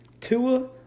Tua